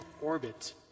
orbit